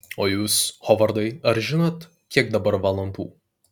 o jūs hovardai ar žinot kiek dabar valandų